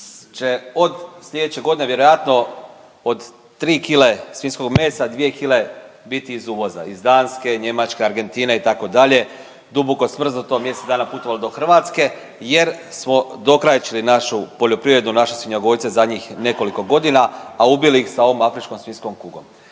će od sljedeće godine vjerojatno od 3 kile svinjskog mesa, 2 kile biti iz uvoza, iz Danske, Njemačke, Argentine, itd. duboko smrznuto, mjesec dana putovalo do Hrvatske jer smo dokrajčili našu poljoprivredu, naše svinjogojce zadnjih nekoliko godina, a ubili ih sa ovom afričkom svinjskom kugom.